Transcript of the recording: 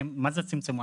מה זה צמצמו?